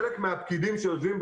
חלק מהפקידים שיושבים,